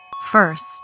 First